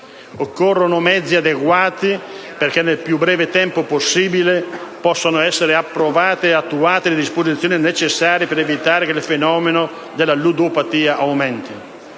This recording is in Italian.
Occorrono mezzi adeguati perché, nel più breve tempo possibile, possano essere approvate ed attuate le disposizioni necessarie per evitare che il fenomeno della ludopatia aumenti: